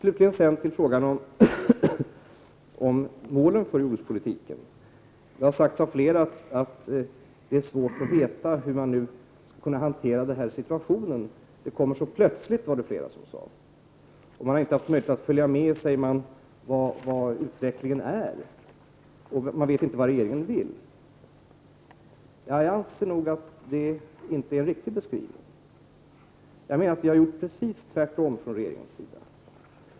Vad beträffar målen för jordbrukspolitiken har det sagts av flera att det är svårt att veta hur man skall kunna hantera den här situationen, eftersom den uppträder så plötsligt. Man säger att man inte har haft möjlighet att följa med och ta reda på vad utvecklingen verkligen innebär, och man vet inte vad regeringen vill. Jag anser nog att den beskrivningen inte är riktig. Jag menar att vi från regeringens sida har gjort precis tvärtom.